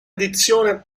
edizione